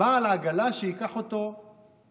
בעל עגלה שייקח אותו הביתה.